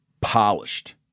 Polished